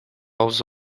aos